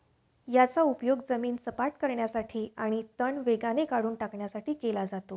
याचा उपयोग जमीन सपाट करण्यासाठी आणि तण वेगाने काढून टाकण्यासाठी केला जातो